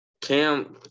Cam